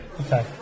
Okay